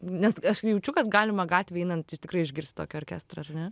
nes aš jaučiu kad galima gatvėj einant tai tikrai išgirsti tokį orkestrą ar ne